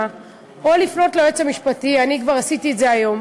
או לפנות ליועץ המשפטי אני כבר עשיתי את זה היום,